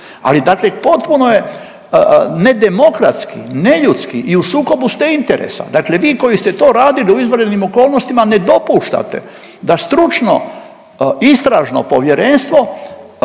Ali dakle potpuno je nedemokratski, neljudski i u sukobu ste interesa. Dakle vi koji ste to radili u izvanrednim okolnostima ne dopuštate da stručno istražno povjerenstvo